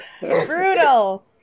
Brutal